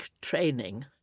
training